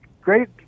great